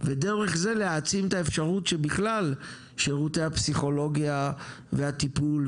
ודרך זה להעצים את האפשרות שבכלל שירותי הפסיכולוגיה והטיפול,